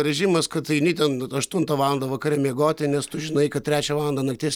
režimas kad eini ten aštuntą valandą vakare miegoti nes tu žinai kad trečią valandą nakties